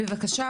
בבקשה,